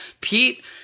Pete –